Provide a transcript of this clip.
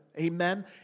Amen